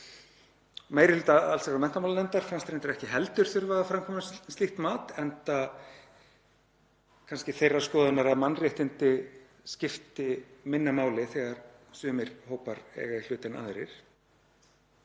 Meiri hluta allsherjar- og menntamálanefndar fannst reyndar ekki heldur þurfa að framkvæma slíkt mat, enda kannski þeirrar skoðunar að mannréttindi skipti minna máli þegar sumir hópar eiga í hlut en aðrir.